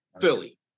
Philly